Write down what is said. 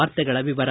ವಾರ್ತೆಗಳ ವಿವರ